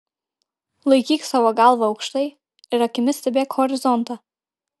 laikyk savo galvą aukštai ir akimis stebėk horizontą